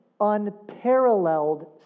unparalleled